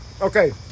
Okay